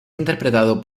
interpretado